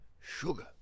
sugar